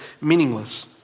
meaningless